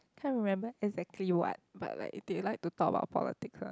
can't remember exactly what but like they like to talk about politics ah